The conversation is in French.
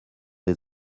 des